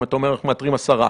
אם אתה אומר שאנחנו מאתרים עשרה.